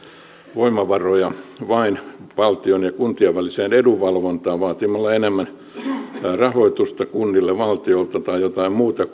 voimavaroja vain valtion ja kuntien väliseen edunvalvontaan vaatimalla enemmän rahoitusta kunnille valtiolta tai jotain muuta